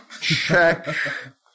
check